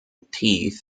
teeth